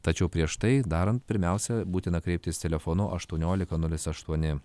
tačiau prieš tai darant pirmiausia būtina kreiptis telefonu aštuoniolika nulis aštuoni